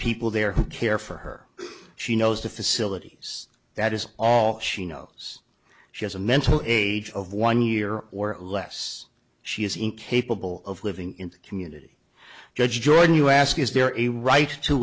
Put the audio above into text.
people there who care for her she knows the facilities that is all she knows she has a mental age of one year or less she is incapable of living in community judge jordan you ask is there a ri